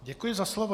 Děkuji za slovo.